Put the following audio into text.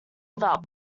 developed